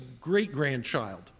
great-grandchild